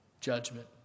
Judgment